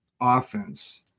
offense